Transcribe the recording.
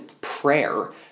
prayer